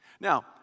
Now